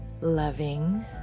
loving